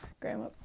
grandma